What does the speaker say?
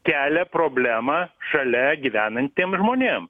kelia problemą šalia gyvenantiem žmonėm